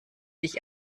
dich